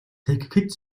тэгэхэд